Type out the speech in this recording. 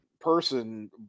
person